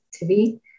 TV